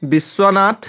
Biswanath